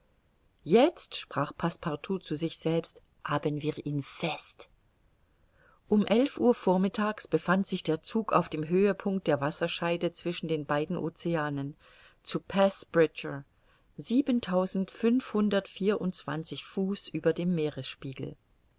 jetzt sprach passepartout zu sich selbst haben wir ihn fest um elf uhr vormittags befand sich der zug auf dem höhepunkt der wasserscheide zwischen den beiden oceanen zu passe bridger siebentausendfünfhundertvierundzwanzig fuß über dem meeresspiegel